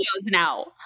now